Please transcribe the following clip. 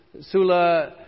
Sula